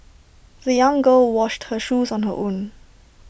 the young girl washed her shoes on her own